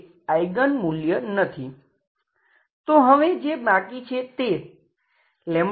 તો હવે જે બાકી છે તે 2 છે